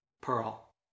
Pearl